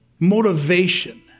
Motivation